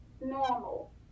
normal